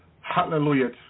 hallelujah